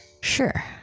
Sure